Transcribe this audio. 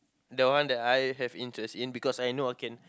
the one that I have interest in because I know I can